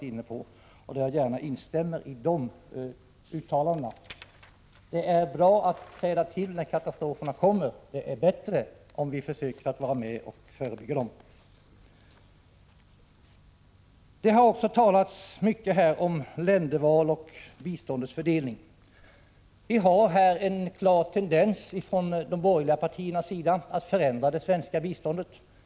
Man har även berört Sture Linnérs utredning om . katastrofbistånd. Jag instämmer gärna i de uttalandena. Det är bra att träda till när katastroferna kommer; det är bättre om vi försöker vara med och förebygga dem. Det har också talats mycket om länderval och biståndets fördelning. Det finns en klar tendens från de borgerliga partiernas sida att förändra det svenska biståndet.